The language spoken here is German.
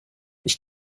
ich